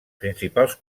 principals